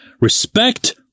Respect